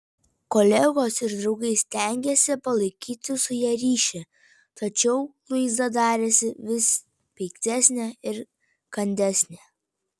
kolegos ir draugai stengėsi palaikyti su ja ryšį tačiau luiza darėsi vis piktesnė ir kandesnė